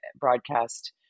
broadcast